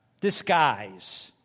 disguise